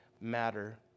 matter